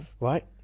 right